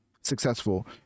successful